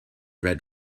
red